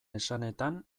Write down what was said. esanetan